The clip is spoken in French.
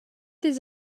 des